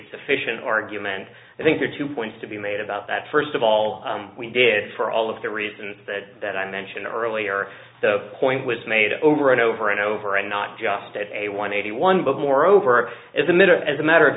sufficient argument i think there are two points to be made about that first of all we did for all of the reasons that i mentioned earlier the point was made over and over and over and not just a one eighty one but moreover as a minute as a matter of